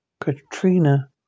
Katrina